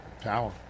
power